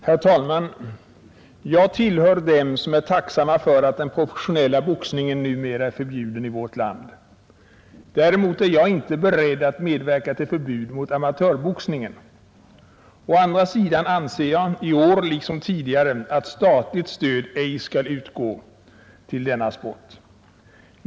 Herr talman! Jag tillhör dem som är tacksamma för att den professionella boxningen numera är förbjuden i vårt land. Däremot är jag inte beredd att medverka till förbud mot amatörboxningen. Å andra sidan anser jag i år liksom tidigare att statligt stöd ej skall utgå till denna sport.